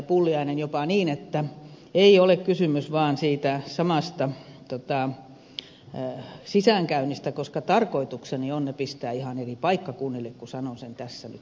pulliainen jopa niin että ei ole kysymys vaan siitä samasta sisäänkäynnistä koska tarkoitukseni on pistää ne ihan eri paikkakunnille sanon sen tässä nyt suoraan